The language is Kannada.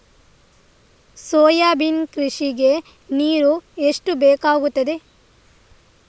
ಸೋಯಾಬೀನ್ ಕೃಷಿಗೆ ನೀರು ಎಷ್ಟು ಬೇಕಾಗುತ್ತದೆ?